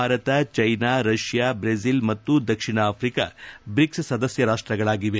Bharat China Russia Brazil ಹಾಗೂ ದಕ್ಷಿಣ Africa BRICS ಸದಸ್ಯ ರಾಷ್ಟಗಳಾಗಿವೆ